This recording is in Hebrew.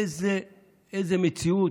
איזו מציאות.